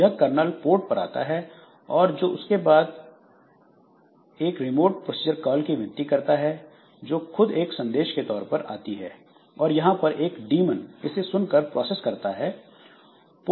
यह kernel port पर आता है और उसके बाद सरवर एक रिमोट प्रोसीजर कॉल की विनती करता है जो खुद एक संदेश के तौर पर आती है और यहां पर एक डीमन इसे सुनकर प्रोसेस करता है